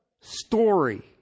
story